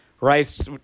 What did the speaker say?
Rice